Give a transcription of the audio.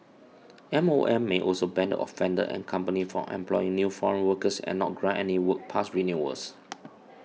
M O M may also ban the offender and company from employing new foreign workers and not grant any work pass renewals